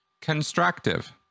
constructive